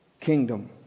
kingdom